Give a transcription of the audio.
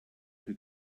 who